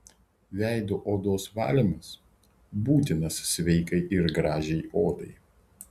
veido odos valymas būtinas sveikai ir gražiai odai